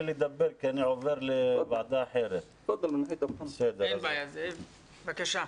בבקשה.